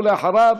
ואחריו,